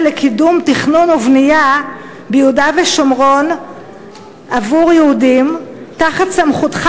לקידום תכנון ובנייה ביהודה ושומרון עבור היהודים תחת סמכותך